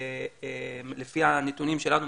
לפי הנתונים שלנו,